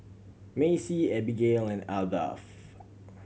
Macey Abigayle and Ardath